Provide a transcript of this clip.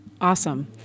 Awesome